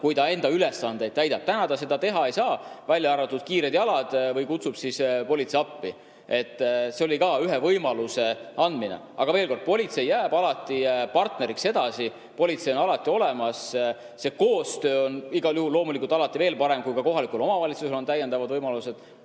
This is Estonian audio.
kui ta oma ülesandeid täidab. Täna ta seda teha ei saa, välja arvatud kiired jalad, või kutsub politsei appi. See oleks ka ühe võimaluse andmine. Aga veel kord, politsei jääb alati partneriks edasi, politsei on alati olemas. See koostöö on aga igal juhul loomulikult veel parem, kui kohalikul omavalitsusel on täiendavad võimalused.